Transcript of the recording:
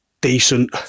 decent